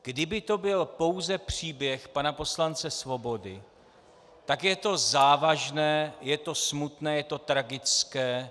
Kdyby to byl pouze příběh pana poslance Svobody, tak je to závažné, je to smutné, je to tragické.